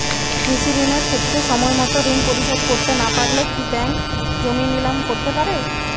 কৃষিঋণের ক্ষেত্রে সময়মত ঋণ পরিশোধ করতে না পারলে কি ব্যাঙ্ক জমি নিলাম করতে পারে?